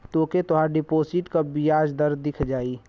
तोके तोहार डिपोसिट क बियाज दर दिख जाई